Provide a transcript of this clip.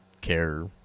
care